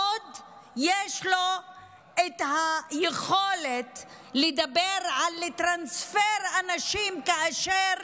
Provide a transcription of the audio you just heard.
עוד יש לו את היכולת לדבר על לטרנספר אנשים, כאשר